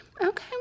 okay